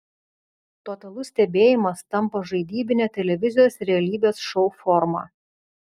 totalus stebėjimas tampa žaidybine televizijos realybės šou forma